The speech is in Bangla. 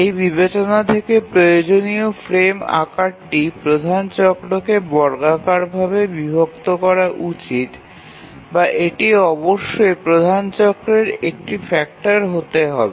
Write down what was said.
এই বিবেচনা থেকে প্রয়োজনীয় ফ্রেম আকারটি প্রধান চক্রকে বর্গাকার ভাবে বিভক্ত করা উচিত বা এটি অবশ্যই প্রধান চক্রের একটি ফ্যাক্টর হতে হবে